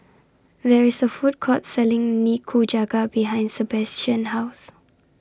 There IS A Food Court Selling Nikujaga behind Sabastian's House